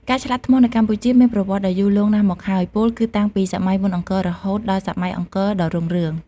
ការឆ្លាក់ថ្មនៅកម្ពុជាមានប្រវត្តិដ៏យូរលង់ណាស់មកហើយ ពោលគឺតាំងពីសម័យមុនអង្គររហូតដល់សម័យអង្គរដ៏រុងរឿង។